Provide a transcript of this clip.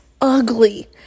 ugly